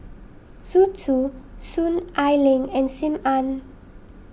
Zhu Chu Soon Ai Ling and Sim Ann